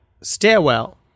stairwell